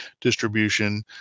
distribution